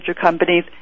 companies